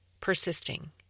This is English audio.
persisting